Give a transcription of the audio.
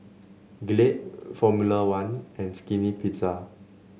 Glade Formula One and Skinny Pizza